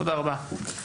תודה רבה.